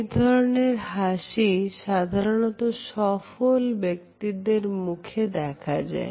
এই ধরনের হাসি সাধারণত সফল ব্যক্তিদের মুখে দেখা যায়